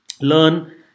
learn